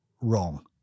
wrong